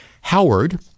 Howard